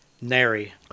Nary